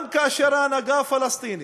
גם כאשר ההנהגה הפלסטינית,